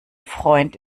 freund